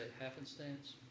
happenstance